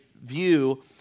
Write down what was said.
view